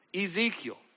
Ezekiel